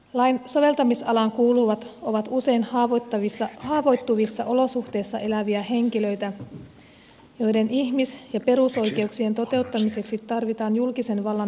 lain soveltamisalaan kuuluvat ovat usein haavoittuvissa olosuhteissa eläviä henkilöitä joiden ihmis ja perusoikeuksien toteutumiseksi tarvitaan julkisen vallan toimenpiteitä